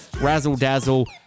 Razzle-dazzle